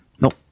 Nope